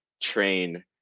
train